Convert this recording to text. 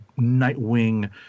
Nightwing